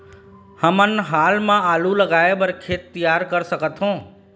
हमन हाल मा आलू लगाइ बर खेत तियार कर सकथों?